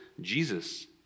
Jesus